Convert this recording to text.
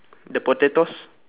the potatoes